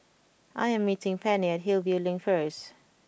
I am meeting Penni Hillview Link first